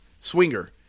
swinger